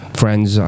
friends